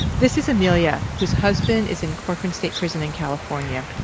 this is amelia whose husband is in corcoran state prison in california.